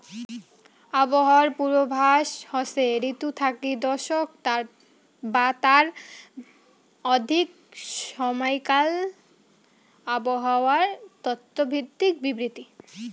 আবহাওয়ার পূর্বাভাস হসে ঋতু থাকি দশক বা তার অধিক সমাইকাল আবহাওয়ার তত্ত্ব ভিত্তিক বিবৃতি